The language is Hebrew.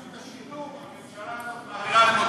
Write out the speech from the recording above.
אבל את רשות השידור הממשלה הזאת מעבירה למודיעין.